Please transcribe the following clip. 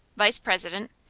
vice-president,